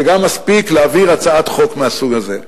גם זה מספיק כדי להעביר הצעת חוק מהסוג הזה.